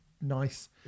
nice